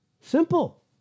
Simple